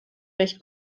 recht